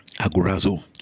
agorazo